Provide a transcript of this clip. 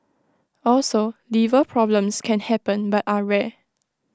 also liver problems can happen but are rare